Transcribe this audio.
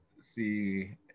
see